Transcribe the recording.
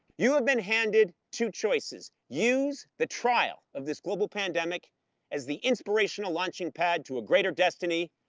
you have been handed two choices. use the trial of this global pandemic as the inspirational launching pad to a greater destiny,